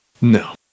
No